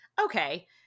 okay